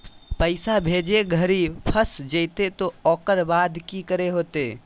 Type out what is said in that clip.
पैसा भेजे घरी फस जयते तो ओकर बाद की करे होते?